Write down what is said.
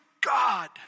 God